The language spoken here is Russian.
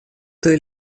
той